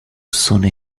sunni